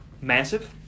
massive